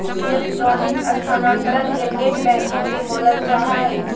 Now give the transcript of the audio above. electronic स्थानान्तरण के net banking भी बोलल जा हइ